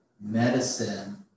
medicine